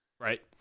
Right